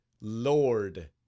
Lord